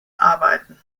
arbeiten